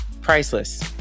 priceless